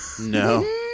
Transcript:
No